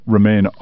Remain